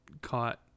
caught